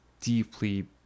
deeply